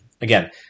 Again